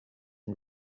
and